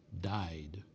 died